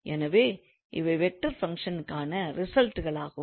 எனவே இவை vector function க்கான ரிசல்ட்களாகும்